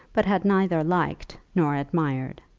but had neither liked nor admired.